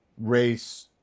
race